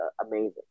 amazing